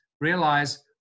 realize